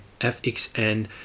FXN